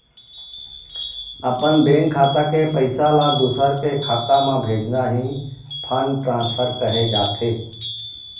अपन बेंक खाता के पइसा ल दूसर के खाता म भेजना ही फंड ट्रांसफर कहे जाथे